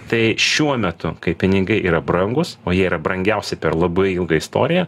tai šiuo metu kai pinigai yra brangūs o ji yra brangiausi per labai ilgą istoriją